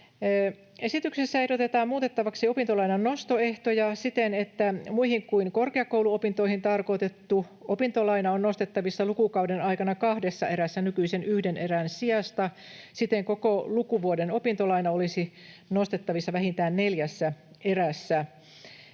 Esityksessä ehdotetaan muutettavaksi opintolainan nostoehtoja siten, että muihin kuin korkeakouluopintoihin tarkoitettu opintolaina on nostettavissa lukukauden aikana kahdessa erässä nykyisen yhden erän sijasta. Siten koko lukuvuoden opintolaina olisi nostettavissa vähintään neljässä erässä.